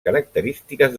característiques